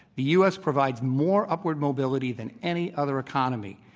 the u. s. provides more upward mobility than any other economy,